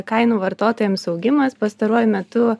kainų vartotojams augimas pastaruoju metu